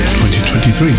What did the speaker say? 2023